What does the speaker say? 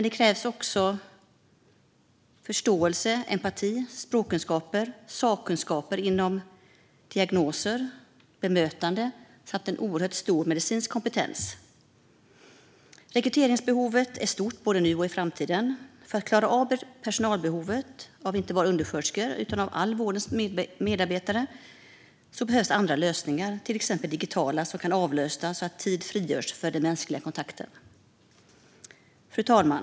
Det krävs också förståelse, empati, språkkunskaper och sakkunskaper inom diagnoser, bemötande samt en oerhört stor medicinsk kompetens. Rekryteringsbehovet är stort både nu och i framtiden. För att klara av personalbehovet inte bara av undersköterskor utan av alla vårdens medarbetare behövs till exempel digitala lösningar som kan avlasta så att tid frigörs för den mänskliga kontakten. Fru talman!